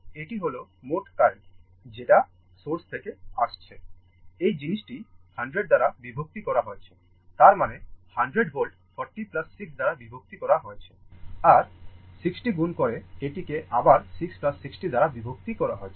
এটি হল মোট কারেন্ট যেটা সোর্স থেকে আসছে এই জিনিস টি 100 দ্বারা বিভক্ত করা হয়েছে তার মানে 100 ভোল্ট 40 6 দ্বারা বিভক্ত করা হয়েছে আর 60 গুণ করে এটি কে আবার 6 60 দ্বারা বিভক্ত করা হয়েছে